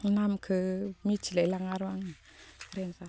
नामखो मिथिलाय लाङा र' आं रेनजार